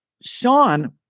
Sean